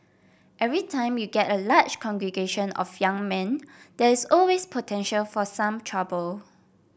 every time you get a large congregation of young men there is always potential for some trouble